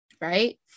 right